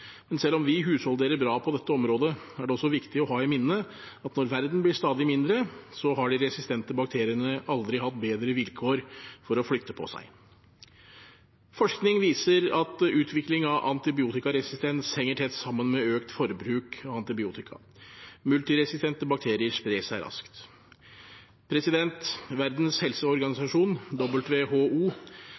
Men selv om vi husholderer bra på dette området, er det også viktig å ha i minne at når verden blir stadig mindre, så har de resistente bakteriene aldri hatt bedre vilkår for å flytte på seg. Forskning viser at utvikling av antibiotikaresistens henger tett sammen med økt forbruk av antibiotika. Multiresistente bakterier sprer seg raskt. Verdens helseorganisasjon, WHO,